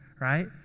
right